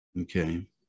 Okay